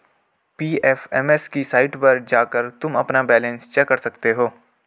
PFMS की site पर जाकर तुम अपना बैलन्स चेक कर सकते हो